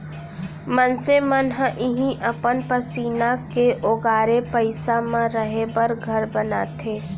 मनसे मन ह इहीं अपन पसीना के ओगारे पइसा म रहें बर घर बनाथे